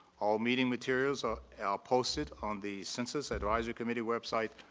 all meeting materials are posted on the census advisory committee website.